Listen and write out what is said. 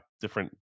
different